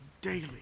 daily